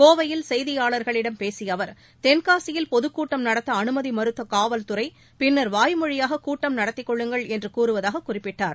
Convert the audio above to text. கோவையில் செய்தியாளர்களிடம் பேசிய அவர் தென்காசியில் பொதுக்கூட்டம் நடத்த அனுமதி மறுத்த காவல்துறை பின்னர் வாய்மொழியாக கூட்டம் நடத்திக் கொள்ளுங்கள் என்று கூறுவதாக குறிப்பிட்டார்